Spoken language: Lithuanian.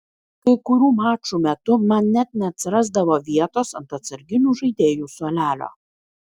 kai kurių mačų metu man net neatsirasdavo vietos ant atsarginių žaidėjų suolelio